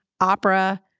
opera